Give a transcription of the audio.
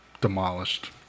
demolished